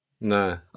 No